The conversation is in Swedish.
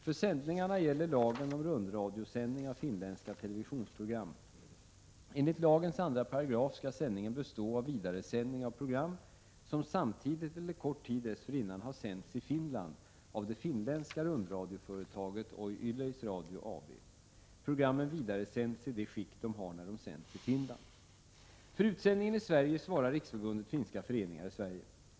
För sändningarna gäller lagen om rundra För utsändningen i Sverige svarar Riksförbundet Finska föreningar i Sverige.